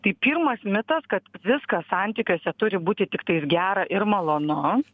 tai pirmas mitas kad viskas santykiuose turi būti tiktais gera ir malonu